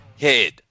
head